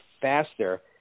faster